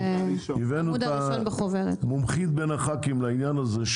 הבאנו את המומחית מבין חברי הכנסת לעניין הזה,